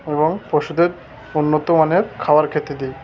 এবং পশুদের উন্নত মানের খাবার খেতে দিই